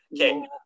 okay